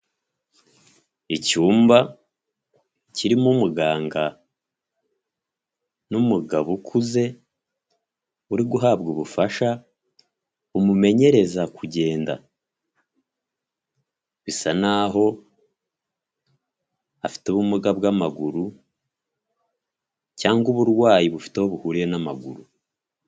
Icyumba kirimo umuganga n'umugabo ukuze uri guhabwa ubufasha bumumenyereza kugenda bisa n'aho afite ubumuga bw'amaguru cyangwa uburwayi bufite aho buhuriye n'amaguru.